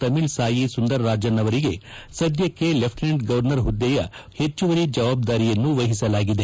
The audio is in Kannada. ತಮಿಳ್ಸಾಯಿ ಸುಂದರರಾಜನ್ ಅವರಿಗೆ ಸದ್ಯಕ್ಕೆ ಲೆಫ್ಲಿನೆಂಟ್ ಗವರ್ನರ್ ಹುದ್ದೆಯ ಹೆಚ್ಚುವರಿ ಜವಾಬ್ದಾರಿಯನ್ನು ವಹಿಸಲಾಗಿದೆ